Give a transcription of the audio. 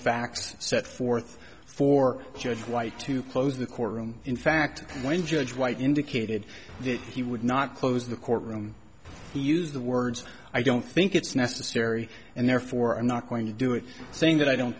facts set forth for judge white to close the courtroom in fact when judge white indicated he would not close the courtroom he used the words i don't think it's necessary and therefore i'm not going to do it saying that i don't